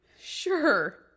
Sure